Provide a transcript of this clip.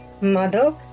Mother